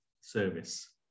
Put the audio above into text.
service